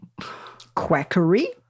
Quackery